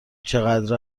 چقدر